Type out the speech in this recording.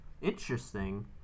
Interesting